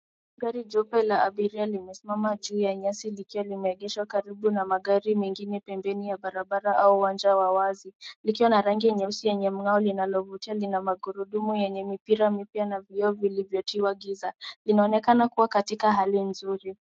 Gari jeupe la abiria limesimama juu ya nyasi likiwa limeegeshwa karibu na magari mengine pembeni ya barabara au uwanja wa wazi likiwa na rangi nyeusi yenye mng'ao linalovutia. Lina magurudumu yenye mipira mipya na vioo vilivyotiwa giza. Linaonekana kuwa katika hali nzuri.